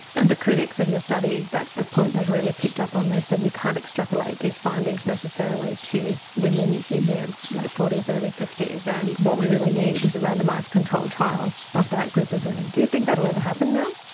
and the critics of your study, that's the point they've really picked up on, they've said you can't extrapolate these findings necessarily to women in their late forty s early fifty s and what we really need is a randomised controlled trial of that group of women. do you think that'll ever happen now?